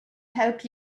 help